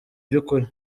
by’ukuri